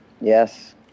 Yes